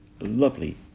lovely